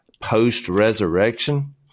post-resurrection